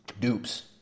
dupes